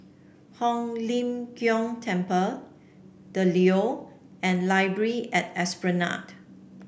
Hong Lim Jiong Temple The Leo and Library at Esplanade